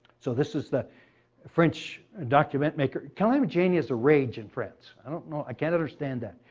so this is the french documentary maker. calamity jane is a rage in france. i don't know. i can't understand that.